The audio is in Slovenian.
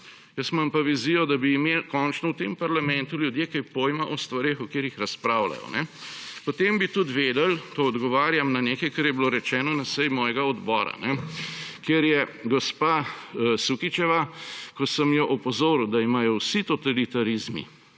Jaz imam pa vizijo, da bi imeli končno v tem parlamentu ljudje kaj pojma o stvareh, o katerih razpravljajo. Potem bi tudi vedeli, to odgovarjam na nekaj, kar je bilo rečeno na seji mojega odbora, kjer je gospa Sukič, ko sem jo opozoril, da imajo vsi totalitarizmi